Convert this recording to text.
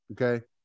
Okay